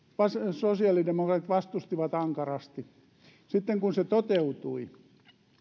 sosiaalidemokraatit vastustivat ankarasti sitten kun se toteutui